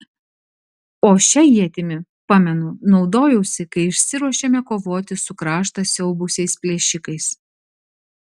o šia ietimi pamenu naudojausi kai išsiruošėme kovoti su kraštą siaubusiais plėšikais